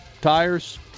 Tires